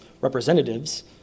representatives